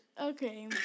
Okay